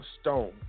stone